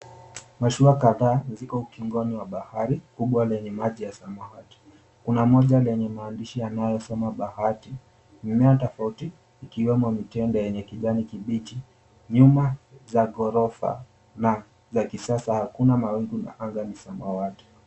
Mashua kadhaa ziko ukingoni wa bahari kubwa lenye maji ya samawati. Kuna moja lenye maandishi yanayosoma BAHATI. Mimea tofauti ikiwemo mitende yenye kijani kibichi nyuma za ghorofa na za kisasa. Hakuna mawingu na anga ni samawati.